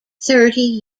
thirty